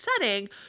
setting